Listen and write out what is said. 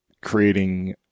creating